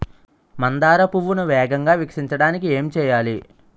మందార పువ్వును వేగంగా వికసించడానికి ఏం చేయాలి?